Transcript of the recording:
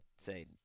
say